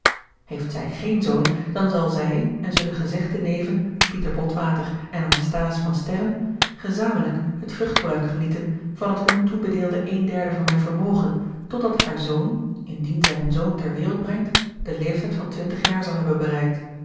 heeft zij geen zoon dan zal zij en zullen gezegde neven pieter botwater en anasthase van sterren gezamenlijk het vruchtgebruik genieten van het hun toebedeelde één derde van mijn vermogen tot dat haar zoon indien zij een zoon ter wereld brengt den leeftijd van twintig jaar zal hebben bereikt